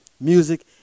music